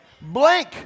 Blank